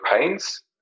pains